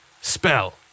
spell